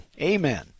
Amen